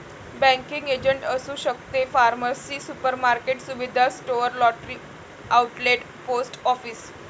banking agent असू शकते pharmacy supermarket सुविधा store lottery outlet post office